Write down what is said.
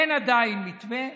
אין עדיין מתווה,